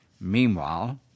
Meanwhile